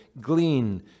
glean